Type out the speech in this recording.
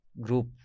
Group